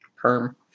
perm